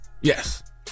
Yes